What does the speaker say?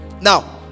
now